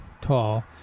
tall